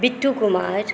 Bittu Kumar